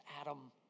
Adam